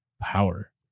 power